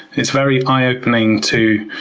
it's very eye-opening to